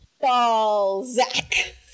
Balzac